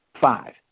Five